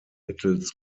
mittels